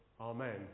Amen